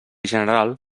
general